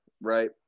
right